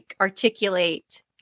articulate